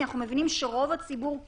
כי אנחנו מבינים שרוב הציבור נשמע.